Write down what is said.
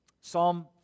Psalm